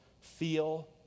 feel